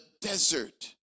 desert